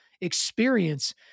experience